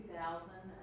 2,000